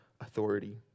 authority